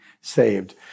saved